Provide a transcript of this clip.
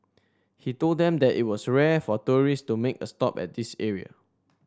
he told them that it was rare for tourists to make a stop at this area